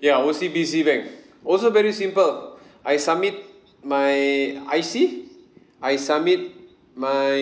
ya O_C_B_C bank also very simple I submit my I_C I submit my